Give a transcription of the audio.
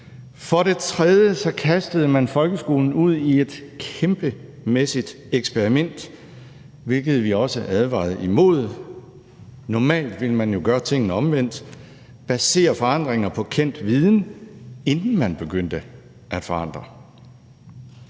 For det tredje kastede man folkeskolen ud i et kæmpemæssigt eksperiment, hvilket vi også advarede imod. Normalt ville man jo gøre tingene omvendt, altså basere forandringer på kendt viden, inden man begyndte at forandre.